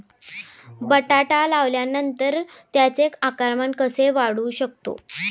बटाटा लावल्यानंतर त्याचे आकारमान कसे वाढवू शकतो?